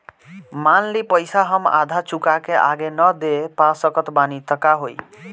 मान ली पईसा हम आधा चुका के आगे न दे पा सकत बानी त का होई?